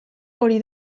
hori